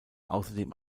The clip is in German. außerdem